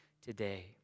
today